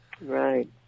Right